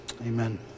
Amen